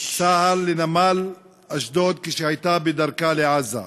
צה"ל לנמל אשדוד כשהייתה בדרכה לעזה.